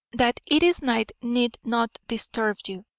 that it is night need not disturb you.